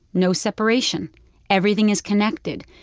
no separation everything is connected.